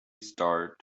start